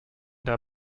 der